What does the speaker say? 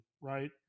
right